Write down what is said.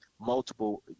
multiple